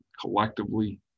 collectively